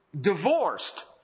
divorced